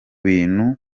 bintu